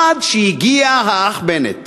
עד שהגיע האח בנט.